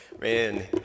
Man